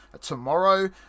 tomorrow